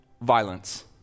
violence